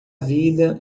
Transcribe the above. vida